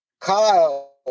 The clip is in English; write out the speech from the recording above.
Kyle